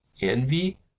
envy